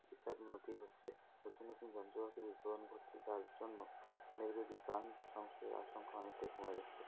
চিকিৎসার উন্নতি ঘটছে নতুন নতুন যন্ত্রপাতির উদ্ভাবন ঘটছে যার জন্য অনেক রোগীর প্রাণ সংশয়ের আশঙ্কা অনেকটাই কমে যাচ্ছে